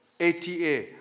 ATA